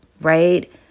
right